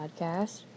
podcast